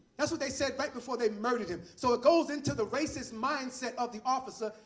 that's what they said right before they murdered him. so it goes into the racist mindset of the officer.